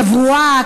תברואה,